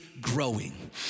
growing